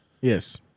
Yes